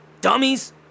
Dummies